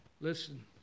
Listen